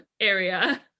area